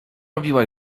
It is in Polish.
robiła